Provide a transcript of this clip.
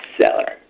seller